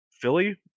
Philly